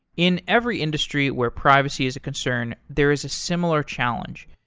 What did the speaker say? in every industry where privacy is a concern, there is a similar challenge.